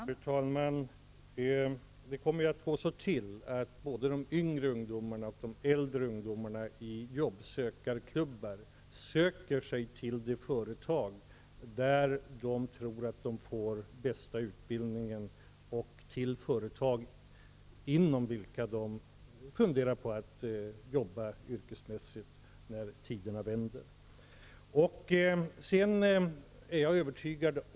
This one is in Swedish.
Fru talman! Det kommer att gå till så att både de yngre och de äldre ungdomarna genom jobbsökarklubbar söker sig till de företag där de tror att de får den bästa utbildningen och till företag där de vill vara yrkesmässigt verksamma när utvecklingen vänder.